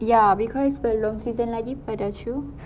ya because belum season lagi for the shoe